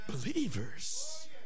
Believers